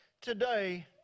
today